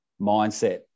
mindset